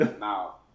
Now